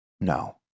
No